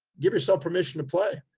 give yourself permission to play.